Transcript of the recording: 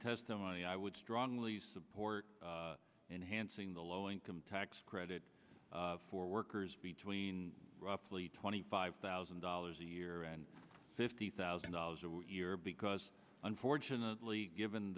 testimony i would strongly support enhancing the low income tax credit for workers between roughly twenty five thousand dollars a year and fifty thousand dollars a year because unfortunately given